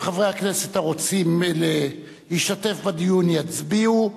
כל חברי הכנסת הרוצים להשתתף בדיון יצביעו.